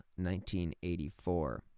1984